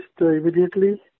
immediately